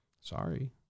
sorry